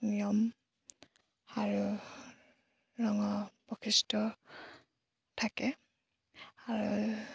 নিয়ম আৰু ৰঙৰ প্ৰশিষ্ট থাকে আৰু